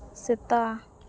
ᱥᱮᱛᱟ